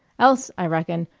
else, i reckon,